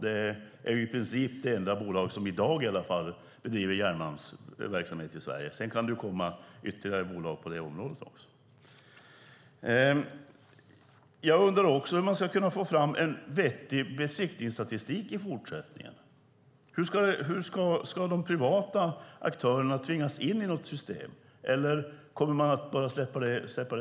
Det är i princip det enda bolag som i dag bedriver järnmalmsverksamhet i Sverige. Sedan kan det ju komma ytterligare bolag på det området också. Jag undrar också hur man ska kunna få fram en vettig besiktningsstatistik i fortsättningen. Ska de privata aktörerna tvingas in i något system eller kommer man att släppa det fritt?